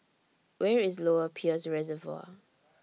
Where IS Lower Peirce Reservoir